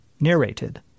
narrated